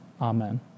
Amen